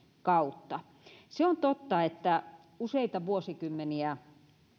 kautta se on totta että useita vuosikymmeniä